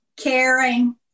caring